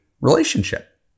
relationship